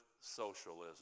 socialism